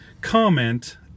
Comment